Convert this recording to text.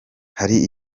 hari